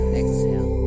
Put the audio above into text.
exhale